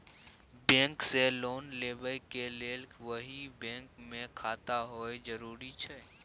Bank से loan लेबै के लेल वही बैंक मे खाता होय जरुरी छै?